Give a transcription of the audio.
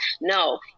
No